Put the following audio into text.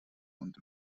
und